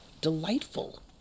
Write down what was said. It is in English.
Delightful